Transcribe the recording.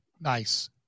nice